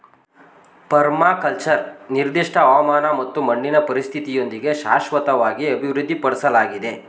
permaculture ನಿರ್ದಿಷ್ಟ ಹವಾಮಾನ ಮತ್ತು ಮಣ್ಣಿನ ಪರಿಸ್ಥಿತಿಯೊಂದಿಗೆ ಶಾಶ್ವತವಾಗಿ ಅಭಿವೃದ್ಧಿಪಡ್ಸಲಾಗಿದೆ